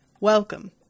Welcome